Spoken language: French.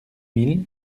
mille